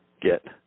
get